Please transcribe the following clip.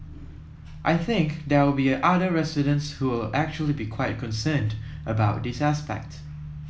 I think there will be other residents who will actually be quite concerned about this aspect